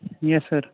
yes sir